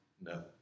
no